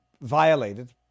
violated